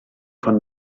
von